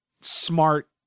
smart